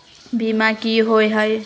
बीमा की होअ हई?